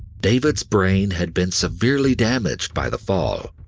david's brain had been severely damaged by the fall.